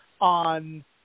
on